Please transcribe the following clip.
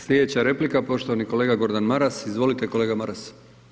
Slijedeća replika poštovani kolega g. Maras, izvolite kolega Maras.